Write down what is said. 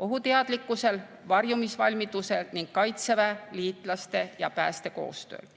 ohuteadlikkusel, varjumisvalmidusel ning kaitseväe, liitlaste ja pääste koostööl.